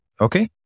okay